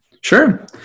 Sure